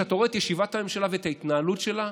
אתה רואה את ישיבת הממשלה וההתנהלות שלה.